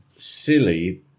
Silly